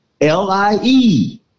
L-I-E